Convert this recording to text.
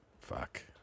fuck